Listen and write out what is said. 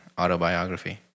autobiography